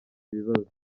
bibazo